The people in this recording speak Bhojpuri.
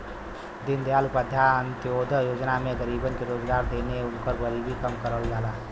दीनदयाल उपाध्याय अंत्योदय योजना में गरीबन के रोजगार देके उनकर गरीबी कम करल जाला